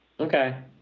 Okay